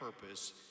purpose